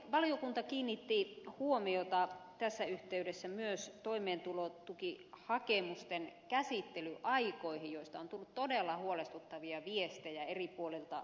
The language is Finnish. valiokunta kiinnitti huomiota tässä yhteydessä myös toimeentulotukihakemusten käsittelyaikoihin joista on tullut todella huolestuttavia viestejä eri puolilta suomea